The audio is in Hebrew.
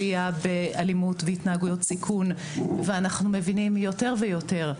עלייה באלימות והתנהגויות סיכון ואנחנו מבינים יותר ויותר,